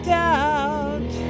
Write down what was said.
doubt